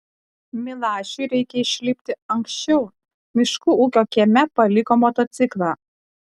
milašiui reikia išlipti anksčiau miškų ūkio kieme paliko motociklą